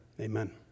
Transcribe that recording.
amen